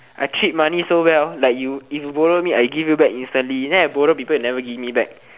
I treat money so well like you if you borrow me I give you back instantly then I borrow people you never give me back